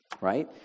right